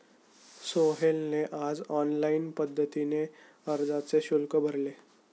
सोहेलने आज ऑनलाईन पद्धतीने अर्जाचे शुल्क भरले